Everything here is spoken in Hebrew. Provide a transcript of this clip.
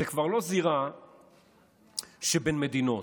זו כבר לא זירה שבין מדינות.